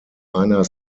einer